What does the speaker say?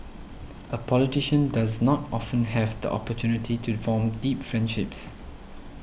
a politician does not often have the opportunity to form deep friendships